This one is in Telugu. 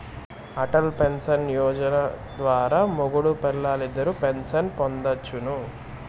అటల్ పెన్సన్ యోజన ద్వారా మొగుడూ పెల్లాలిద్దరూ పెన్సన్ పొందొచ్చును